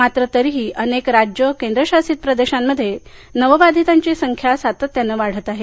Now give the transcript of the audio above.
मात्र तरीही अनेक राज्य आणि केंद्रशासित प्रदेशांमध्ये नवबाधितांची संख्या सातत्यानं वाढत आहे